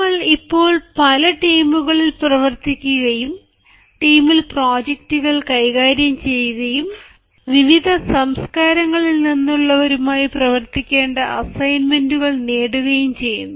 നമ്മൾ ഇപ്പോൾ പല ടീമുകളിൽ പ്രവർത്തിക്കുകയും ടീമിൽ പ്രോജക്റ്റുകൾ കൈകാര്യം ചെയ്യുകയും വിവിധ സംസ്കാരങ്ങളിൽ നിന്നുള്ളവരുമായി പ്രവർത്തിക്കേണ്ട അസൈൻമെന്റുകൾ നേടുകയും ചെയ്യുന്നു